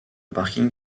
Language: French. parking